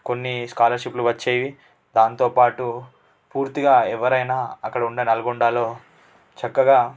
కొన్ని స్కాలర్షిప్లు వచ్చేవి దాంతో పాటు పూర్తిగా ఎవరైనా అక్కడున్న నల్గొండలో చక్కగా